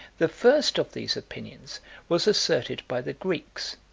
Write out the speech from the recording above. the first of these opinions was asserted by the greeks,